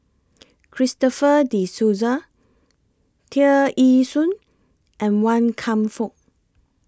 Christopher De Souza Tear Ee Soon and Wan Kam Fook